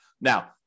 Now